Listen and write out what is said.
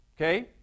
Okay